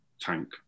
tank